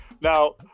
Now